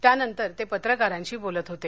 त्यानंतर ते पत्रकारांशी बोलत होते